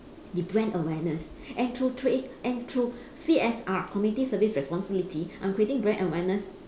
the brand awareness and through thr~ and through C_S_R community service responsibility I'm creating brand awareness